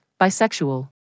bisexual